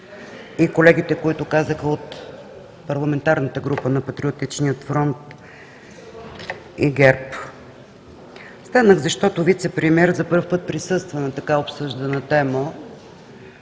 и колегите, които казаха от парламентарната група на „Патриотичния фронт“ и ГЕРБ. Станах, защото вицепремиер за първи път присъства на така обсъжданата тема,